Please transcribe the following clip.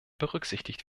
berücksichtigt